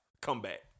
comeback